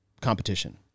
competition